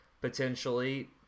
potentially